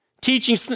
teaching